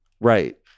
Right